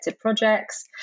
projects